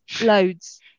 Loads